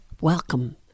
Welcome